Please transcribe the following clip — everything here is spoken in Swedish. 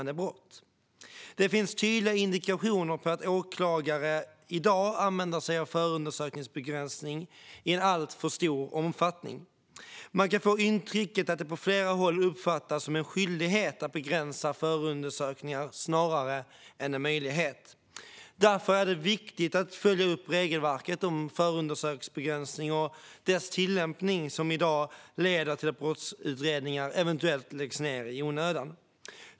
Det finns tydliga indikationer på att åklagare i dag använder sig av förundersökningsbegränsning i en alltför stor omfattning. Man kan få intrycket att det på flera håll uppfattats som en skyldighet snarare än en möjlighet att begränsa förundersökningarna. Därför är det viktigt att följa upp regelverket om förundersökningsbegränsning och dess tillämpning, som i dag leder till att brottsutredningar läggs ned i onödan.